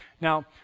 Now